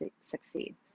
succeed